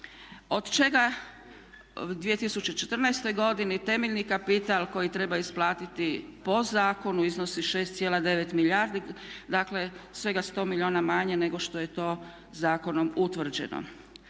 Od čega u 2014. temeljni kapital koji treba isplatiti po zakonu iznosi 6,9 milijardi, dakle svega 100 milijuna manje nego što je to zakonom utvrđeno.